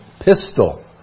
pistol